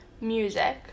music